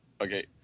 okay